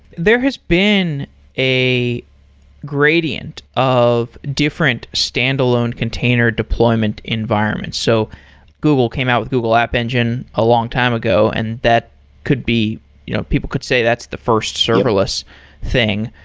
there has been a gradient of different standalone container deployment environment. so google came out with google app engine a long time ago, and that could be you know people could say that's the first serverless thing.